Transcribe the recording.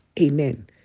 Amen